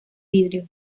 vidrio